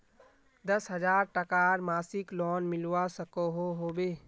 दस हजार टकार मासिक लोन मिलवा सकोहो होबे?